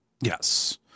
Yes